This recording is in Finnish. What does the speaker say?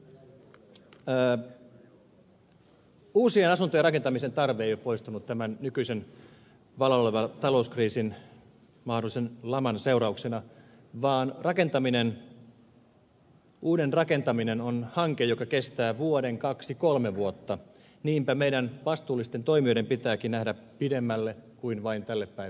uusien asuntojen rakentamisen tarve ei ole poistunut tämän nykyisen vallalla olevan talouskriisin mahdollisen laman seurauksena vaan uuden rakentaminen on hanke joka kestää vuoden kaksi kolme vuotta ja niinpä meidän vastuullisten toimijoiden pitääkin nähdä pidemmälle kuin vain tämän päivän eteen